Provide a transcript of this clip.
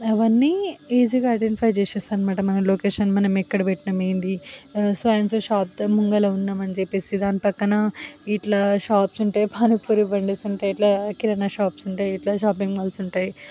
అవన్నీ ఈజీగా ఐడెంటిఫై చేసేస్తాయి అన్నమాట మన లొకేషన్ మనం ఎక్కడ పెట్టిన ఏంటీ సో అండ్ సో షాప్ ముందర ఉన్నాము అని చెప్పేసి దాని ప్రక్కన ఇట్లా షాప్స్ ఉంటాయి ప్రక్కన పానీ పూరి బండిస్ ఉంటాయి ఇట్లా కిరాణా షాప్స్ ఉంటాయి ఇట్లా షాపింగ్ మాల్స్ ఉంటాయి